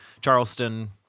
Charleston